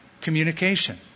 communication